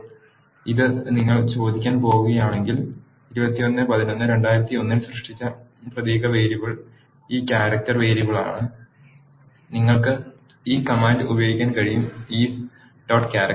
ഇപ്പോൾ ഇത് നിങ്ങൾ ചോദിക്കാൻ പോകുകയാണെങ്കിൽ 21 11 2001 സൃഷ്ടിച്ച പ്രതീക വേരിയബിൾ ഈ ക്യാരക്ടർ വേരിയബിളാണ് നിങ്ങൾക്ക് ഈ കമാൻഡ് ഉപയോഗിക്കാൻ കഴിയും is